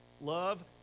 Love